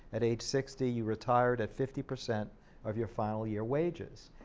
at age sixty you retired at fifty percent of your final year wages,